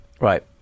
Right